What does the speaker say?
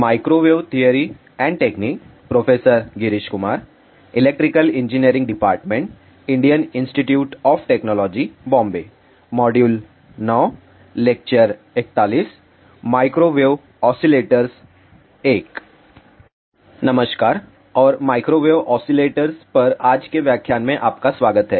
नमस्कार और microwave oscillators पर आज के व्याख्यान में आपका स्वागत है